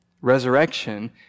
Resurrection